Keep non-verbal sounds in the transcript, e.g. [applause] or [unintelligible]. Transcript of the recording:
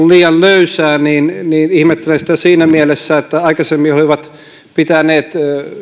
[unintelligible] liian löysää niin niin ihmettelen sitä siinä mielessä että aikaisemmin he olivat pitäneet